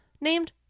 named